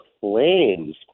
flames